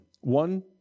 One